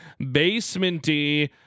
basementy